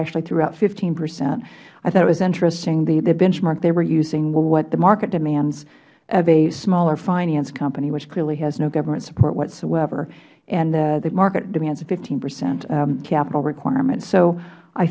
actually threw out fifteen percent i thought it was interesting the benchmark they were using was what the market demands of a smaller finance company which clearly has no government support whatsoever and the market demands a fifteen percent capital requirement